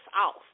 off